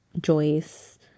Joyce